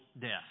death